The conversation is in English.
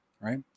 right